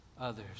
others